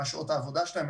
מה שעות העבודה שלהם,